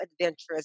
adventurous